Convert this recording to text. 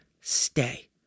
stay